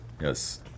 Yes